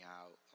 out